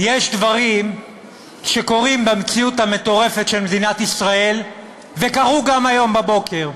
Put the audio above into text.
יש דברים שקורים במציאות המטורפת של מדינת ישראל וקרו גם היום בבוקר,